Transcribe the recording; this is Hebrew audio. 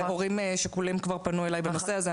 הורים שכולים כבר פנו אליי בנושא הזה,